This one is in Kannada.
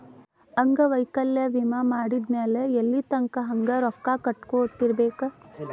ಅಂಗವೈಕಲ್ಯ ವಿಮೆ ಮಾಡಿದ್ಮ್ಯಾಕ್ ಎಲ್ಲಿತಂಕಾ ಹಂಗ ರೊಕ್ಕಾ ಕಟ್ಕೊತಿರ್ಬೇಕ್?